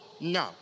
no